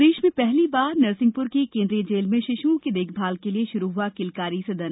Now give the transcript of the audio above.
प्रदेश में पहली बार नरसिंहपुर की केंद्रीय जेल में शिशुओं की देखभाल के लिए शुरू हुआ किलकारी सदन